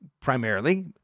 primarily